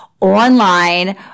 online